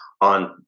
on